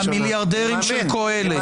המיליארדרים של קהלת.